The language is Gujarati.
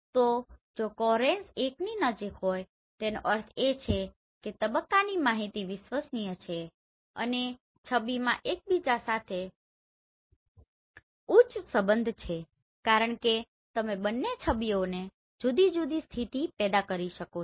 તો જો કોહેરેન્સ 1 ની નજીક હોય તો તેનો અર્થ એ છે કે તબક્કાની માહિતી વિશ્વસનીય છે અને છબીમાં એકબીજા સાથે ઉચ્ચ સંબંધ છે કારણ કે તમે બંને છબીઓને જુદી જુદી સ્થિતિથી પેદા કરી છે